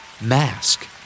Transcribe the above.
Mask